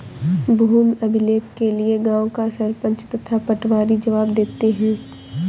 भूमि अभिलेख के लिए गांव का सरपंच तथा पटवारी जवाब देते हैं